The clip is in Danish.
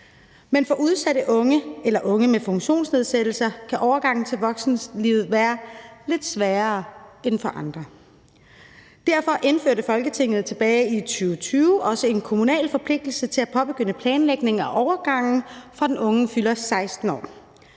Men for udsatte unge eller unge med funktionsnedsættelser kan overgangen til voksenlivet være lidt sværere end for andre. Derfor indførte Folketinget tilbage i 2020 også en kommunal forpligtelse til at påbegynde planlægning af overgange, fra den unge fylder 16 år,